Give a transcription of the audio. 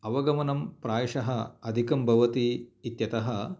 अवगमनं प्रायशः अधिकं भवति इत्यतः